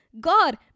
God